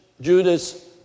Judas